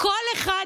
דיברו בכל הכנסת,